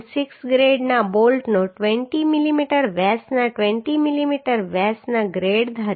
6 ગ્રેડના બોલ્ટના 20 મીમી વ્યાસના 20 મીમી વ્યાસનો ગ્રેડ ધારીએ